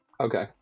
Okay